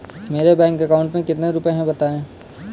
मेरे bank account में कितने रुपए हैं बताएँ?